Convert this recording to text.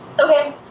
Okay